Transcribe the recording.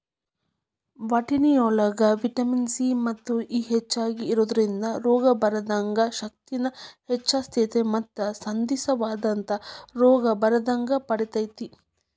ವಟಾಣಿಯೊಳಗ vitamin C ಮತ್ತು E ಹೆಚ್ಚಾಗಿ ಇರೋದ್ರಿಂದ ರೋಗ ಬರದಂಗ ಶಕ್ತಿನ ಹೆಚ್ಚಸ್ತೇತಿ ಮತ್ತ ಸಂಧಿವಾತದಂತ ರೋಗ ಬರದಂಗ ತಡಿತೇತಿ